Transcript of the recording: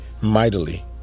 mightily